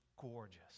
gorgeous